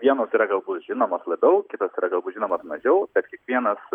vienas yra galbūt žinomas labiau kitas yra daug žinomas mažiau bet kiekvienas